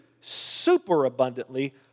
superabundantly